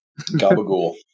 Gabagool